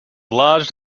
large